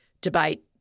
debate